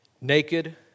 Naked